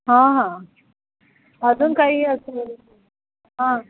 हां हां अजून काही असं हां